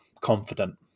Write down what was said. confident